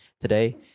Today